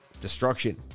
destruction